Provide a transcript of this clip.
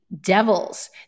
Devils